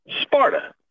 Sparta